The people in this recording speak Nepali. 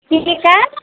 के के कहाँ